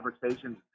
conversations